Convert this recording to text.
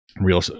Real